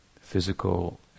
physical